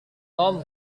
tom